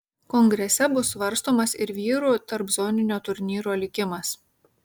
kongrese bus svarstomas ir vyrų tarpzoninio turnyro likimas